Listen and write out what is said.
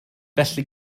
felly